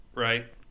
Right